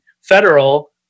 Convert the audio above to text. federal